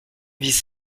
vise